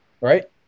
Right